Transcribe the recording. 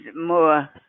more